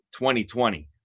2020